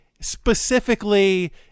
specifically